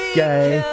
gay